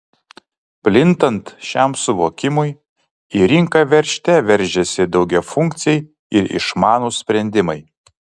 plintant šiam suvokimui į rinką veržte veržiasi daugiafunkciai ir išmanūs sprendimai